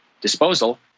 disposal